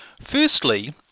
Firstly